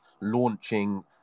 launching